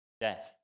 death